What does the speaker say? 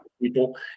people